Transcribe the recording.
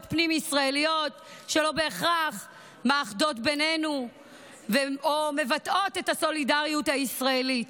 פנים-ישראליות שלא בהכרח מאחדות בינינו או מבטאות את הסולידריות הישראלית,